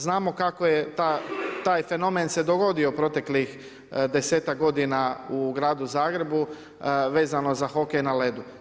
Znamo kako je taj fenomen se dogodio proteklih 10-tak g. u Gradu Zagrebu, vezano za hokej na ledu.